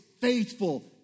faithful